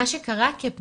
למלל את מה שקרה כפגיעה.